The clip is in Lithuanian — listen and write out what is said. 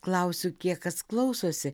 klausiu kiek kas klausosi